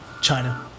China